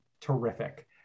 terrific